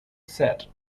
set